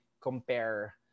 compare